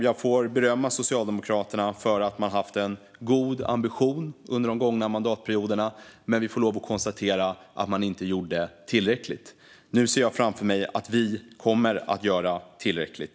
Jag får berömma Socialdemokraterna för att man har haft en god ambition under de gångna mandatperioderna, men vi får lov att konstatera att man inte gjorde tillräckligt. Nu ser jag framför mig att vi kommer att göra tillräckligt.